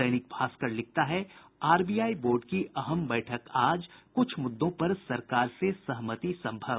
दैनिक भास्कर लिखता है RBI board की अहम बैठक आज कुछ मुद्दों पर सरकार से सहमति सम्भव